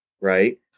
right